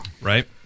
right